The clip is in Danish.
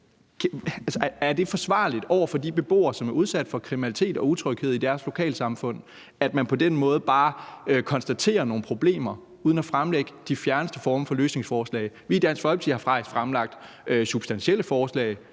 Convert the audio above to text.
Er det forsvarligt over for de beboere, som er udsat for kriminalitet og utryghed i deres lokalsamfund, at man på den måde bare konstaterer, at der er nogle problemer, uden at fremlægge de fjerneste former for løsningsforslag? Vi i Dansk Folkeparti har faktisk fremlagt substantielle forslag